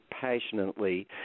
passionately